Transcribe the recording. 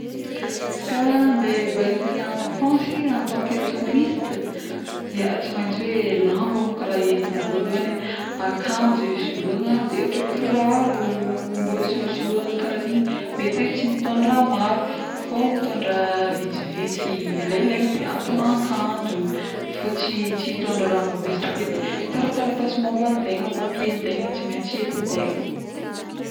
izy ka andeha vahigny en France en tant que touriste ya tsy maintsy hoe lamba monko raha hoentigna voalohany ee, akanjo isologna, de ôhatra hoe kiraro mbô isolosologna kara igny mety hoe tsy mitondra maro fô mitondra vitsivitsy ilailaigny de atign'akanjo fô tsy tsy itondra raha mavesara be, de tarataratasin-tegna, papier antegna tsy maintsy entin-tegna